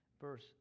Verse